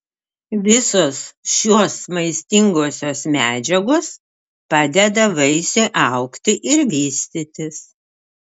visos šios maistingosios medžiagos padeda vaisiui augti ir vystytis